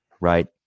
Right